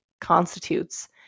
constitutes